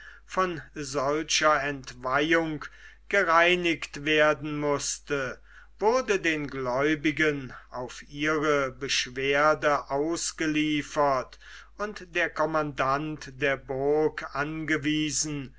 von solcher entweihung gereinigt werden mußte wurde den gläubigen auf ihre beschwerde ausgeliefert und der kommandant der burg angewiesen